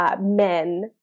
Men